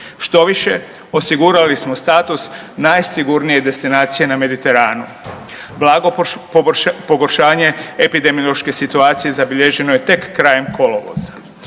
Štoviše, osigurali smo status najsigurnije destinacije na Mediteranu. Blago pogoršanje epidemiološke situacije zabilježeno je tek krajem kolovoza.